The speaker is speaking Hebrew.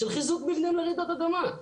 של חיזוק מבנים לרעידות אדמה.